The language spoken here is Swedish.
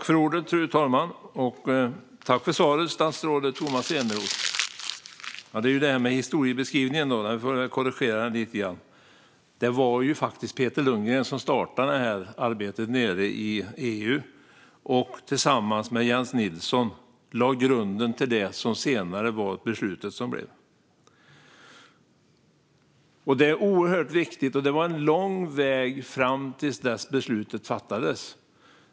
Fru talman! Tack för svaret, statsrådet Tomas Eneroth! Jag får korrigera historieskrivningen lite grann. Det var faktiskt Peter Lundgren som startade det här arbetet i EU och som tillsammans med Jens Nilsson lade grunden till det som senare blev ett beslut. Det är oerhört viktigt. Det var en lång väg fram till att beslutet fattades.